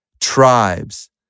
tribes